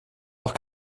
auch